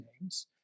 names